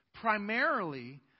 Primarily